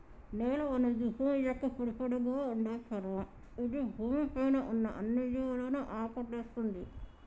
నేల అనేది భూమి యొక్క పొడిపొడిగా ఉండే చర్మం ఇది భూమి పై ఉన్న అన్ని జీవులను ఆకటేస్తుంది